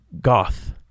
goth